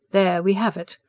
there we have it!